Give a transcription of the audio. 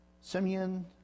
Simeon